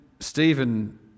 Stephen